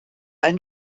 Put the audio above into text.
ein